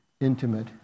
intimate